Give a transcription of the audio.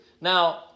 Now